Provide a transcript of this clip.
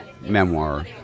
memoir